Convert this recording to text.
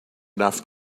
enough